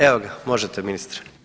Evo ga, možete ministre.